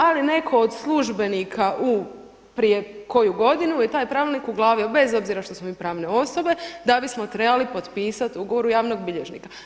Ali netko od službenika u prije koju godinu je taj pravilnik uglavio bez obzira što smo mi pravne osobe da bismo trebali potpisati ugovor kod javnog bilježnika.